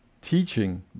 teaching